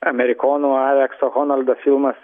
amerikonų alekso ronaldo filmas